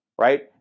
right